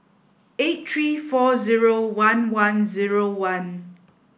eight three four zero one one zero one